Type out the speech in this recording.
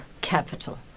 capital